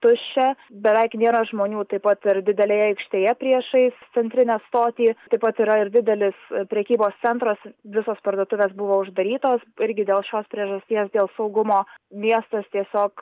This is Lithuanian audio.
tuščia beveik nėra žmonių taip pat ir didelėje aikštėje priešais centrinę stotį taip pat yra ir didelis prekybos centras visos parduotuvės buvo uždarytos irgi dėl šios priežasties dėl saugumo miestas tiesiog